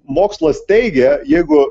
mokslas teigia jeigu